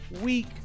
week